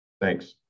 Thanks